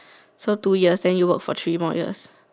so two years then you work for three more years